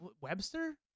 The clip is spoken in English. Webster